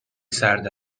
سرد